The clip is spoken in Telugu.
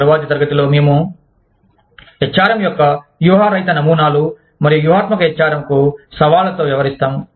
తరువాతి తరగతిలో మేము HRM యొక్క వ్యూహరహిత నమూనాలు మరియు వ్యూహాత్మక HRM కు సవాళ్లతో వ్యవహరిస్తాము